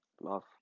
Love